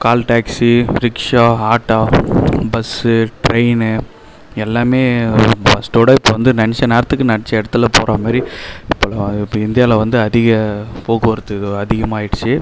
கால் taxi rickshaw auto bus train எல்லாமே ஃபர்ஸ்டோட இப்போ வந்து நினச்ச நேரத்துக்கு நினச்ச இடத்துல போகற மாதிரி இப்போ இந்தியாவில் வந்து அதிக போக்குவரத்து அதிகமாகிடுச்சு